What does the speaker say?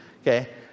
Okay